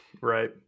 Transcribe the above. Right